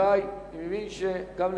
אם כן,